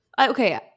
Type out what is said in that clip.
Okay